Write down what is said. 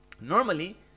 normally